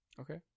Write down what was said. Okay